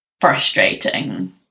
frustrating